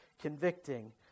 convicting